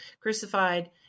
crucified